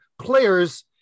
players